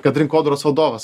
kad rinkodaros vadovas